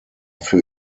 für